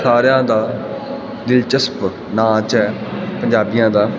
ਸਾਰਿਆਂ ਦਾ ਦਿਲਚਸਪ ਨਾਚ ਐ ਪੰਜਾਬੀਆਂ ਦਾ